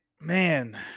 man